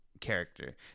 character